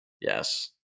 Yes